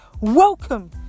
Welcome